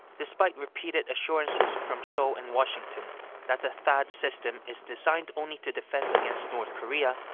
despite repeated assurances from seoul and washington that the thaad system is designed only to defend against north korea,